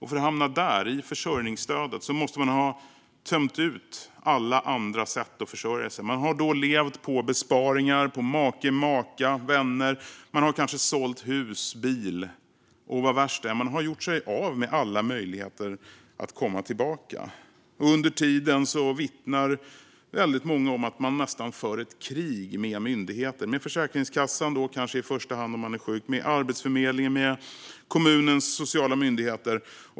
För att hamna där, i försörjningsstödet, måste man ha tömt ut alla andra sätt att försörja sig. Man har då levt på besparingar, make eller maka, vänner. Man har kanske sålt hus, bil. Vad värst är: Man har gjort sig av med alla möjligheter att komma tillbaka. Under tiden vittnar väldigt många om att de nästan för ett krig med myndigheter, kanske med Försäkringskassan i första hand om de är sjuka, med Arbetsförmedlingen, och med kommunens sociala myndigheter.